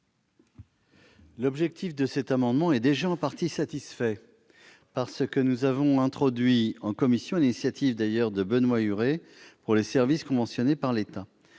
L'objectif de cet amendement est déjà en partie satisfait par les dispositions que nous avons introduites en commission, sur l'initiative de Benoît Huré, pour les services conventionnés par l'État.